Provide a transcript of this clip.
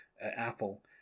Apple